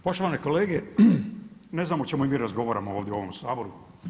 Poštovane kolege ne znam o čemu mi razgovaramo ovdje u ovom Saboru.